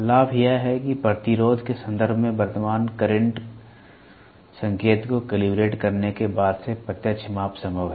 लाभ यह है कि प्रतिरोध के संदर्भ में वर्तमान करंट संकेत को कैलिब्रेट करने के बाद से प्रत्यक्ष माप संभव है